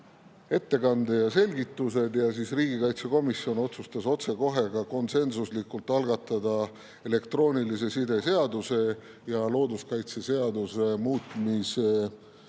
ettekande ja selgitused. Riigikaitsekomisjon otsustas otsekohe konsensuslikult, et tuleb algatada elektroonilise side seaduse ja looduskaitseseaduse muutmise